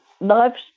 Life's